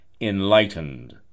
enlightened